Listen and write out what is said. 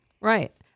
Right